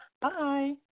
Bye